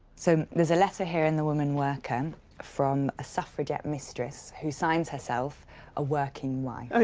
so there's a letter here in the woman worker and from a suffragette mistress, who signs herself a working wife.